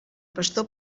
pastor